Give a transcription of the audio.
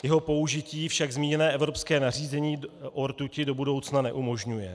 Jeho použití však zmíněné evropské nařízení o rtuti do budoucna neumožňuje.